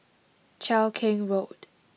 Cheow Keng Road